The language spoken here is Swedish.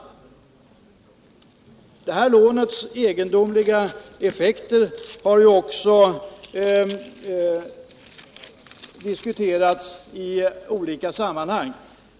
Det här lånets egendomliga effekter har också diskuterats i olika sammanhang.